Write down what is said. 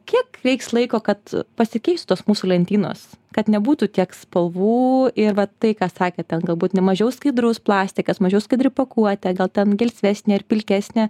kiek reiks laiko kad pasikeis tos mūsų lentynos kad nebūtų tiek spalvų ir va tai ką sakėt ten galbūt ne mažiau skaidrus plastikas mažiau skaidri pakuotė gal ten gelsvesnė ir pilkesnė